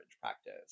practice